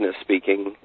speaking